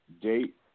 date